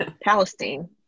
Palestine